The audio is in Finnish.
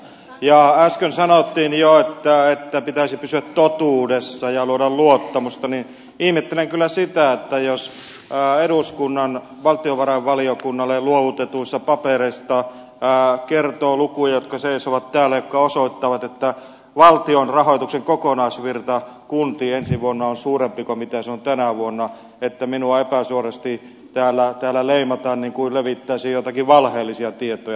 kun äsken sanottiin jo että pitäisi pysyä totuudessa ja luoda luottamusta niin ihmettelen kyllä sitä että jos eduskunnan valtiovarainvaliokunnalle luovutetuista papereista kertoo lukuja jotka seisovat täällä ja jotka osoittavat että valtion rahoituksen kokonaisvirta kuntiin ensi vuonna on suurempi kuin se on tänä vuonna niin minua epäsuorasti täällä leimataan niin kuin levittäisin joitakin valheellisia tietoja